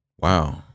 Wow